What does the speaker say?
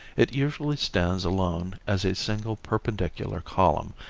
it usually stands alone as a single perpendicular column,